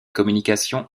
communications